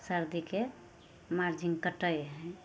सर्दीके मार्जिन कटै हइ